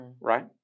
right